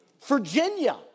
Virginia